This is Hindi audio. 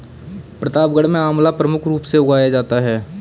प्रतापगढ़ में आंवला प्रमुख रूप से उगाया जाता है